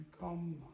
come